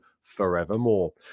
forevermore